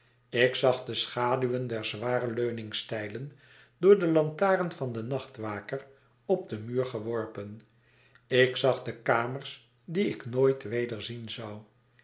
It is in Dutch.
ik zag de schaduwen der zware leuningstijlen door de lantaren van den nachtwaker op den muur geworpen ik zag de kamers die ik nooit weder zien zou